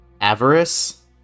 Avarice